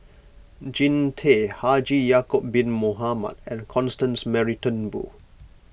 Jean Tay Haji Ya'Acob Bin Mohamed and Constance Mary Turnbull